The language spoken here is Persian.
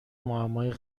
معمای